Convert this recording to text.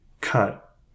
cut